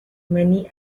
many